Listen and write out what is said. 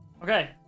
Okay